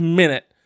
minute